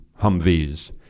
Humvees